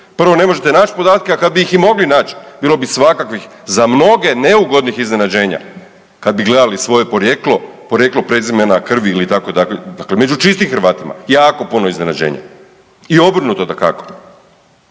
Prvo, ne možete naći podatke, a kad bi ih i mogli nać bilo bi svakakvih za mnoge neugodnih iznenađenja, kad bi gledali svoje porijeklo, porijeklo prezimena krvi itd. među čistim Hrvatima, jako puno iznenađenja i obrnuto dakako.